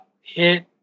hit